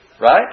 right